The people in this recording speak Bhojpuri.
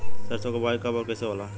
सरसो के बोआई कब और कैसे होला?